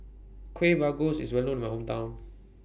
Kueh Bugis IS Well known in My Hometown